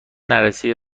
نرسیده